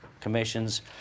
commissions